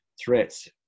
threats